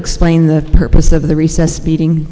explain the purpose of the recess speeding